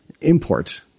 import